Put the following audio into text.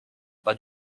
pas